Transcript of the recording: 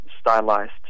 stylized